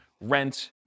rent